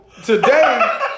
Today